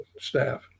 staff